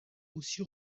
aussi